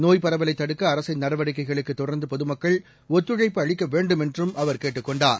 நோய்ப் பரவலை தடுக்க அரசின் நடவடிக்கைகளுக்கு தொடர்ந்து பொதுமக்கள் ஒத்துழைப்பு அளிக்க வேண்டும் என்றும் அவர் கேட்டுக் கொண்டார்